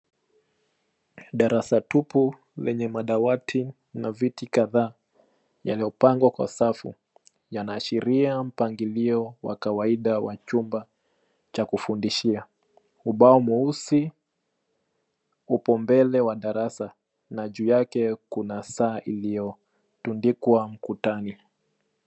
Darasa tupu lenye madawati na viti kadhaa yaliyopangwa kwa safu. Yanaashiria mpangilio wa kawaida wa chumba cha kufundishia. Ubao mweusi upo mbele wa darasa na juu yake kuna saa iliyotundikwa ukutani.